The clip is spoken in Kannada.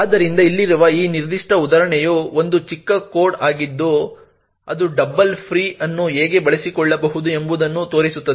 ಆದ್ದರಿಂದ ಇಲ್ಲಿರುವ ಈ ನಿರ್ದಿಷ್ಟ ಉದಾಹರಣೆಯು ಒಂದು ಚಿಕ್ಕ ಕೋಡ್ ಆಗಿದ್ದು ಅದು ಡಬಲ್ ಫ್ರೀ ಅನ್ನು ಹೇಗೆ ಬಳಸಿಕೊಳ್ಳಬಹುದು ಎಂಬುದನ್ನು ತೋರಿಸುತ್ತದೆ